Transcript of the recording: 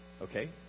Okay